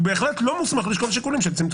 הוא בהחלט לא מוסמך לשקול שיקולים של צמצום